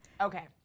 Okay